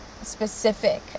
specific